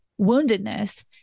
woundedness